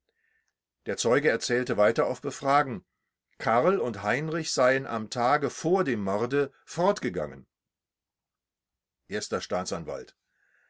der zeuge erzählte weiter auf befragen karl und heinrich seien am tage vor dem morde fortgegangen erster staatsanwalt